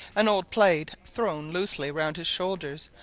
an old plaid thrown loosely round his shoulders,